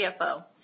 CFO